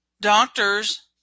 doctors